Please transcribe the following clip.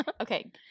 Okay